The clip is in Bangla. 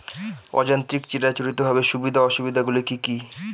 অযান্ত্রিক চিরাচরিতভাবে সুবিধা ও অসুবিধা গুলি কি কি?